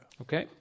Okay